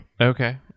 okay